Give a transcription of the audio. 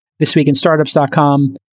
thisweekinstartups.com